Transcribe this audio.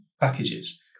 packages